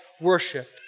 worship